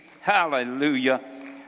hallelujah